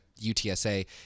UTSA